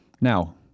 Now